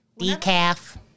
Decaf